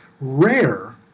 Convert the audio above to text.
rare